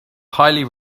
highly